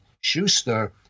Schuster